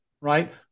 right